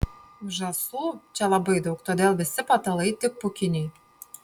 žąsų čia labai daug todėl visi patalai tik pūkiniai